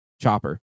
Chopper